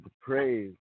praise